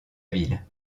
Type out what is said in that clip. ville